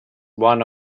one